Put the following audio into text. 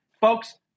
Folks